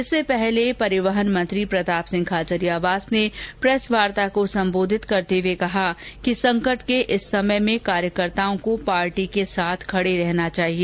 इससे पहले परिवहन मंत्री प्रतापसिंह खाचरियावास ने एक प्रेसवार्ता को संबोधित करते हुए कहा कि संकट के इस समय में कार्यकर्ताओं को पार्टी के साथ खड़े रहना चाहिए